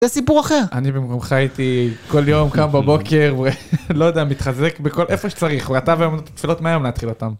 זה סיפור אחר. אני במקומך הייתי כל יום, קם בבוקר, ולא יודע, מתחזק בכל איפה שצריך, ואתה והאמונות התפלות, מהיום להתחיל אותם.